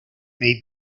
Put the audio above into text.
may